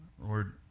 Lord